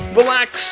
relax